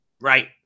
Right